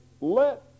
Let